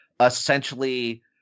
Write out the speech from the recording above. essentially